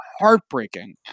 heartbreaking